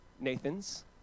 Nathan's